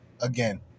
again